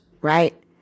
right